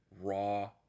raw